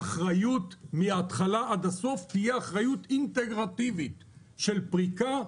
האחריות מהתחלה עד הסוף תהיה אחריות אינטגרטיבית של פריקה,